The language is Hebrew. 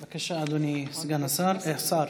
בבקשה, אדוני סגן השר, השר.